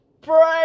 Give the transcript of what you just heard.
Break